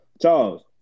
Charles